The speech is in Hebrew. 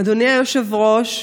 אדוני היושב-ראש,